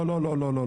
לא, לא, לא.